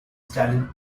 stalin